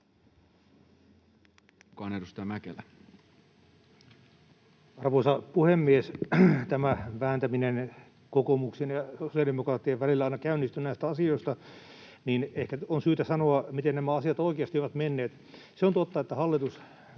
17:32 Content: Arvoisa puhemies! Kun tämä vääntäminen kokoomuksen ja sosiaalidemokraattien välillä aina käynnistyy näistä asioista, niin ehkä on syytä sanoa, miten nämä asiat oikeasti ovat menneet. Se on totta, että hallitus